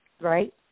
right